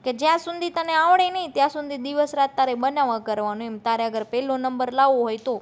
કે જ્યાં સુધી તને આવડે નહીં ત્યાં સુધી દિવસ રાત તારે બનાવ્યા કરવાનું એમ તારે અગર પેલો નંબર લાવવો હોય તો